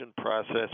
process